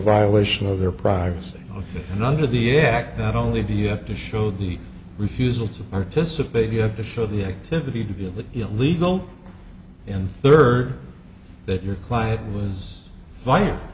violation of their privacy and under the act not only do you have to show the refusal to participate you have to show the activity to be illegal and third that your client